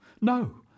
No